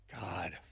God